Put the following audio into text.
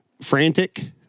frantic